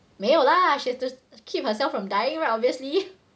没有啦 she has to keep herself from dying right obviously